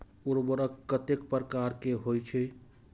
उर्वरक कतेक प्रकार के होई छै?